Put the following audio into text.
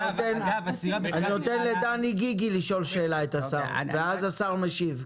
אתן לדני גיגי לשאול את השר שאלה ואז השר ישיב.